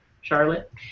Charlotte